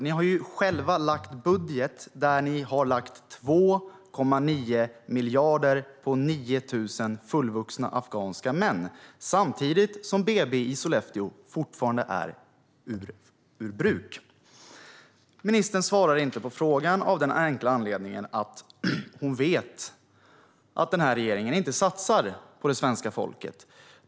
Ni har ju själva lagt en budget där ni har lagt 2,9 miljarder på 9 000 fullvuxna afghanska män samtidigt som BB i Sollefteå fortfarande är ur bruk. Ministern svarar inte på frågan av den enkla anledningen att hon vet att den här regeringen inte satsar på det svenska folket.